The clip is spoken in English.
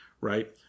Right